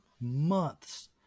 months